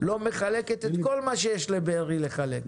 לא מחלקת את כל מה שיש לבארי לחלק.